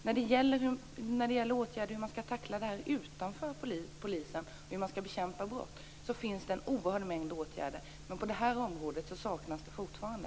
När det gäller åtgärder för hur man skall tackla det här utanför polisen och för hur man skall bekämpa brott, finns det en oerhörd mängd åtgärder, men på det här området saknas de fortfarande.